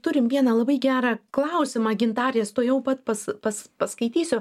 turim vieną labai gerą klausimą gintarės tuojau pat pas pas paskaitysiu